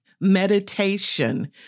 Meditation